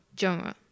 genre